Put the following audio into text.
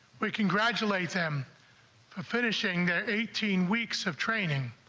we congratulate them for finishing eighteen weeks of training,